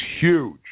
huge